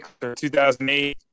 2008